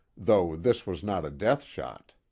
though this was not a death shot.